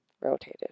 rotated